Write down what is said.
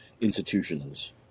institutions